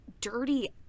dirty